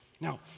Now